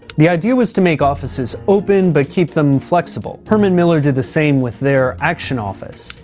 the idea was to make offices open, but keep them flexible. herman miller did the same with their action office.